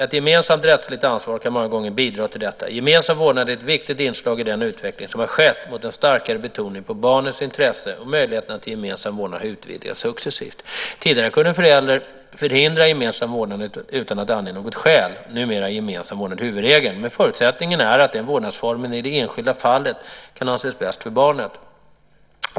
Ett gemensamt rättsligt ansvar kan många gånger bidra till detta. Gemensam vårdnad är ett viktigt inslag i den utveckling som har skett mot en starkare betoning på barnets intresse, och möjligheterna till gemensam vårdnad har utvidgats successivt. Tidigare kunde en förälder förhindra gemensam vårdnad utan att ange något skäl. Numera är gemensam vårdnad huvudregeln, men förutsättningen är att den vårdnadsformen i det enskilda fallet kan anses bäst för barnet.